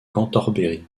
cantorbéry